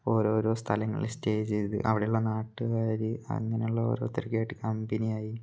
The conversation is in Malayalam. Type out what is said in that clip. ഓരോരോ സ്ഥലങ്ങളിൽ സ്റ്റേ ചെയ്ത് അവിടെ ഉള്ള നാട്ടുകാർ അങ്ങനെ ഉള്ള ഓരോരുത്തർ ഒക്കെ ആയിട്ട് കമ്പനിയായി